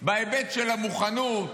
בהיבט של המוכנות,